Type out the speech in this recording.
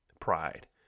pride